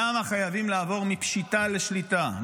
למה חייבים לעבור מפשיטה לשליטה,